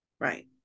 Right